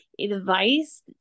advice